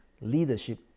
leadership